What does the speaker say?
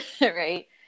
Right